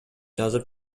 жазып